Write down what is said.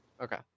Okay